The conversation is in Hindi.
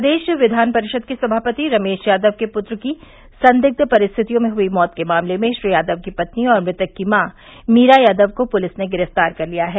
प्रदेश विधान परिषद के समापति रमेश यादव के पुत्र की संदिष्य परिस्थितियों में हुई मौत के मामले में श्री यादव की पत्नी और मृतक की माँ मीरा यादव को पुलिस ने गिरफ्तार कर लिया है